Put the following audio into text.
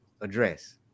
address